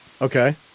Okay